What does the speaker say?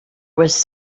was